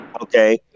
Okay